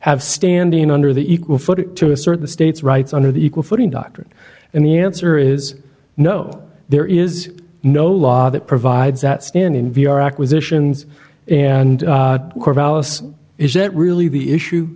have standing under the equal footing to assert the state's rights under the equal footing doctrine and the answer is no there is no law that provides that stand in via our acquisitions and corvallis is that really the issue